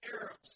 Arabs